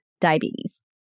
diabetes